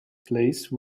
place